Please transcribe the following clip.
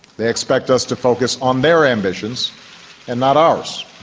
they expect us to focus on their ambitions and not ours.